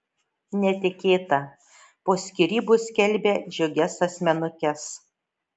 netikėta po skyrybų skelbia džiugias asmenukes